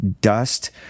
dust